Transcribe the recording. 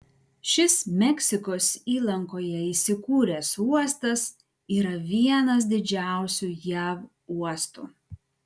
šis meksikos įlankoje įsikūręs uostas yra vienas didžiausių jav uostų